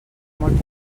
molt